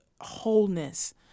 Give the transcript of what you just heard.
wholeness